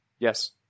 Yes